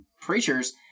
preachers